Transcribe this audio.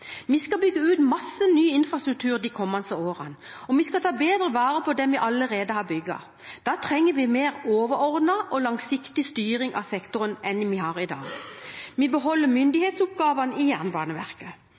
Vi skal bygge ut masse ny infrastruktur de kommende årene, og vi skal ta bedre vare på det vi allerede har bygget. Da trenger vi en mer overordnet og langsiktig styring av sektoren enn vi har i dag. Vi beholder myndighetsoppgavene i Jernbaneverket.